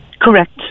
Correct